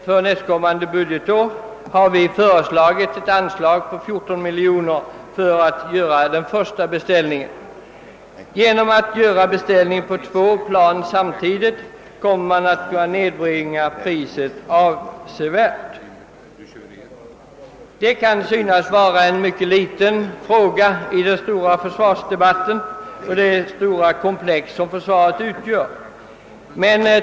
För nästkommande budgetår har vi föreslagit ett anslag på 14 miljoner kronor för den första beställningen. Genom att göra beställningen på två plan samtidigt kommer man att kunna nedbringa priset avsevärt. Detia kan synas vara en mycket liten fråga i den stora försvarsdebatten och i det stora komplex som försvaret utgör.